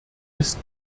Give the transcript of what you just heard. ist